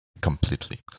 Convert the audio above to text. completely